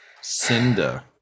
Cinda